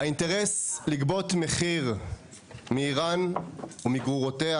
האינטרס לגבות מחיר מאיראן ומגורותיה